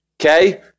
Okay